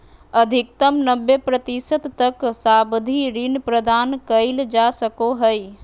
अधिकतम नब्बे प्रतिशत तक सावधि ऋण प्रदान कइल जा सको हइ